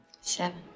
Seven